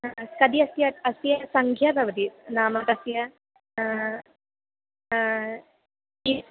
अ आ कति अस्ति अ अस्य सङ्ख्या भवति नाम तस्य किम्